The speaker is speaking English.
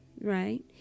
Right